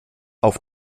auf